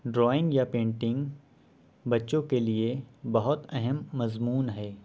drawing یا painting بچوں کے لیے بہت اہم مضمون ہے